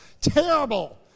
terrible